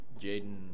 Jaden